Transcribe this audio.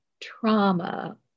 trauma